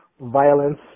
Violence